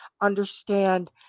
understand